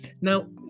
Now